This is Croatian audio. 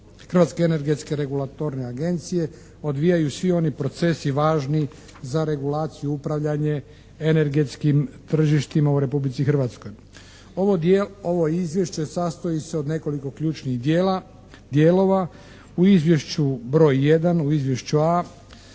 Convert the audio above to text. Hrvatske energetske regulatorne agencije odvijaju svi oni procesi važni za regulaciju i upravljanje energetskim tržištima u Republici Hrvatskoj. Ovo izvješće sastoji se od nekoliko ključnih dijelova. U izvješću broj 1, u izvješću a),